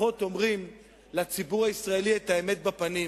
לפחות אומרים לציבור הישראלי את האמת בפנים.